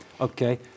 okay